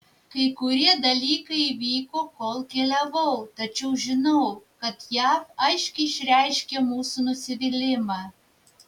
kai kurie dalykai įvyko kol keliavau tačiau žinau kad jav aiškiai išreiškė mūsų nusivylimą